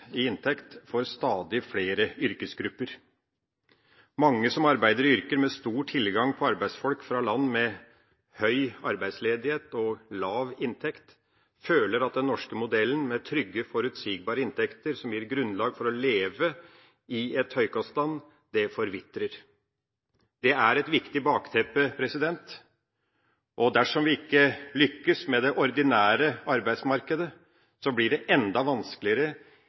i inntekt for stadig flere yrkesgrupper. Mange som arbeider i yrker med stor tilgang på arbeidsfolk fra land med høy arbeidsledighet og lav inntekt, føler at den norske modellen, med trygge, forutsigbare inntekter som gir grunnlag for å leve i et høykostland, forvitrer. Det er et viktig bakteppe. Dersom vi ikke lykkes med det ordinære arbeidsmarkedet, blir det enda vanskeligere